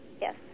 Yes